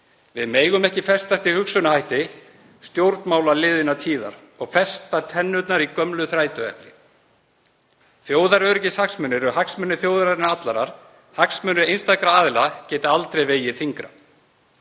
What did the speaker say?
Við megum ekki festast í hugsunarhætti stjórnmála liðinnar tíðar og festa tennurnar í gömlu þrætuepli. Þjóðaröryggishagsmunir eru hagsmunir þjóðarinnar allrar. Hagsmunir einstakra aðila geta aldrei vegið þyngra.